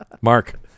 Mark